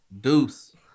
Deuce